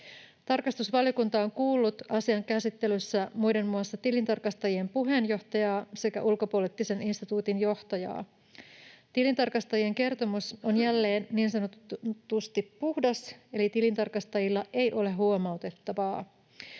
Tarkastusvaliokunta on kuullut asian käsittelyssä muiden muassa tilintarkastajien puheenjohtajaa sekä Ulkopoliittisen instituutin johtajaa. Tilintarkastajien kertomus on jälleen niin sanotusti puhdas, eli tilintarkastajilla ei ole huomautettavaa.